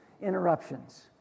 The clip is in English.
interruptions